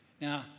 Now